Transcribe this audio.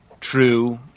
true